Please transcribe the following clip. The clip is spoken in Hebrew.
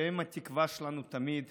שהם התקווה שלנו תמיד,